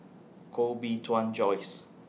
Koh Bee Tuan Joyce